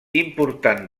important